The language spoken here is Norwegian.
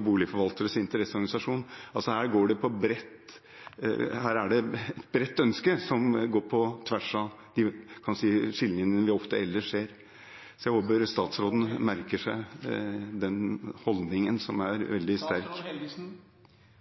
Boligforvalteres Interesseorganisasjon. Det er et bredt ønske som går på tvers av skillelinjene vi ofte ellers ser. Jeg håper statsråden merker seg den holdningen, som er veldig sterk.